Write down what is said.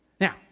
Now